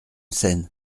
scène